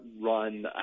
run